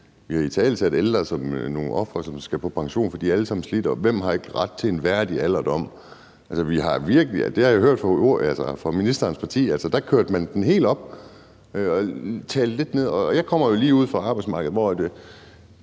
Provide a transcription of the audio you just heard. Vi har italesat ældre som nogle ofre, som skal på pension, fordi de alle sammen er slidt op, og man spørger: Hvem har ikke ret til en værdig alderdom? Det har jeg hørt fra ministerens parti. Der kørte man den helt op, og man talte lidt ned til folk. Jeg kommer lige ude fra arbejdsmarkedet, hvor